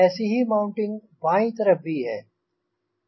ऐसी ही माउंटिंग बायीं तरफ़ भी है